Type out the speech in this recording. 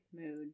mood